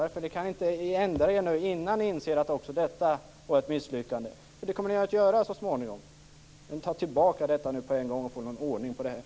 Kan ni inte ändra er innan ni inser att också detta var ett misslyckande. Det kommer ni att göra så småningom. Ta tillbaka detta på en gång och få någon ordning på detta.